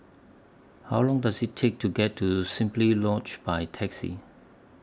How Long Does IT Take to get to Simply Lodge By Taxi